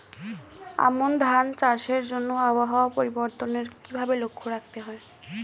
আমন ধান চাষের জন্য আবহাওয়া পরিবর্তনের কিভাবে লক্ষ্য রাখতে হয়?